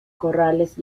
corrales